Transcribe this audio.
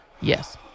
Yes